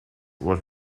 was